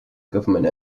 government